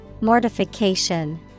Mortification